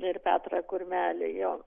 ir petrą kurmelį jo